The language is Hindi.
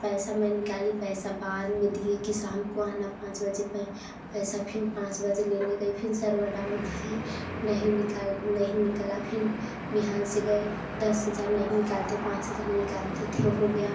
पैसा मैं निकाली पैसा बाद में दिए कि शाम को आना पाँच बजे पैसा फिर पाँच बजे लेने गई फिर सर्वर डाउन है नहीं निकाल नहीं निकला फिर भिहान से गए दस हजार नहीं निकालते पाँच हजार निकालते थे हो गया